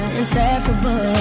inseparable